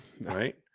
right